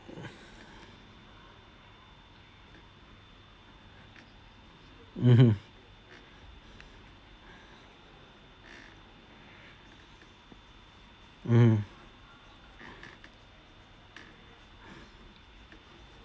mmhmm mm